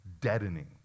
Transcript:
deadening